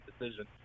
decision